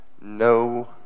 no